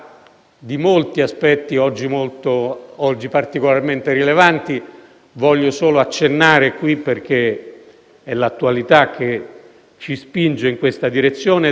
Grazie,